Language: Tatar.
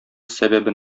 сәбәбе